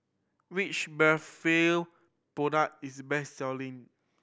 which Blephagel product is best selling